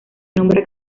nombra